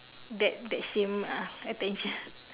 that that same uh attention